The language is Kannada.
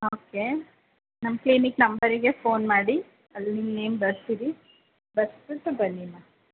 ಓಕೆ ನಮ್ಮ ಕ್ಲಿನಿಕ್ ನಂಬರಿಗೆ ಫೋನ್ ಮಾಡಿ ಅಲ್ಲಿ ನಿಮ್ಮ ನೇಮ್ ಬರೆಸಿರಿ ಬರೆಸ್ಬಿಟ್ಟು ಬನ್ನಿ ಅಮ್ಮ